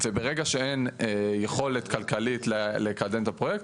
וברגע שאין יכולת כלכלית לקדם את הפרויקט,